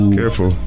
careful